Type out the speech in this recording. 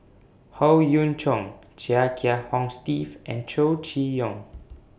Howe Yoon Chong Chia Kiah Hong Steve and Chow Chee Yong